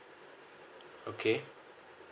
okay